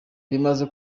bimaze